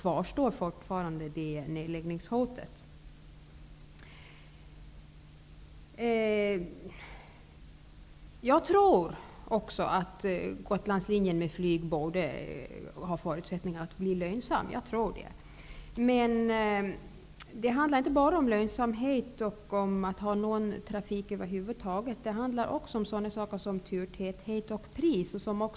Jag tror också att en flygförbindelse mellan Gotland och fastlandet har förutsättningar att bli lönsam. Men det handlar inte bara om lönsamhet och om att ha någon trafik över huvud taget. Det handlar också om turtäthet och pris.